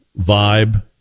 vibe